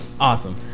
awesome